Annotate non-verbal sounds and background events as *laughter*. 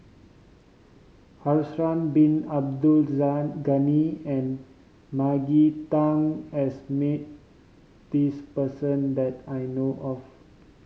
*unintelligible* Bin Abdul *unintelligible* Ghani and Maggie Teng has met this person that I know of